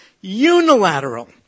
unilateral